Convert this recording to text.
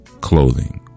clothing